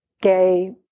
gay